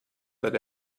that